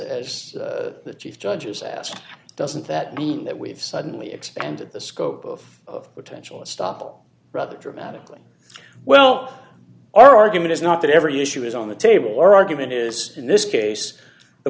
is the chief judges ask doesn't that mean that we've suddenly expanded the scope of potential stoppel rather dramatically well our argument is not that every issue is on the table or argument is in this case the